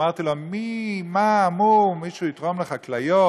אמרתי לו: מי, מה, מו, מישהו יתרום לך כליות?